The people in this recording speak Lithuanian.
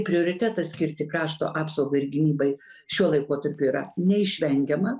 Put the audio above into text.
prioritetą skirti krašto apsaugai ir gynybai šiuo laikotarpiu yra neišvengiama